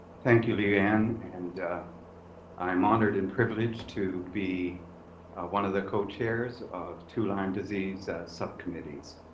thank you, leigh ann. and i'm honored and privileged to be one of the co-chairs of two lyme disease subcommittees,